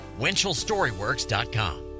winchellstoryworks.com